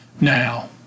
Now